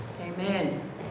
Amen